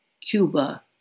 Cuba